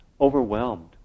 overwhelmed